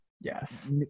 Yes